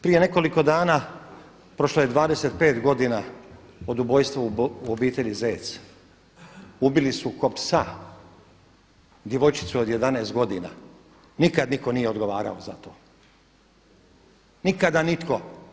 Prije nekoliko dana, prošlo je 25 godina od ubojstva u obitelji Zec, ubili su ko psa djevojčicu od 11 godina, nikad nitko nije odgovarao za to, nikada nitko.